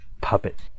puppet